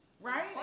Right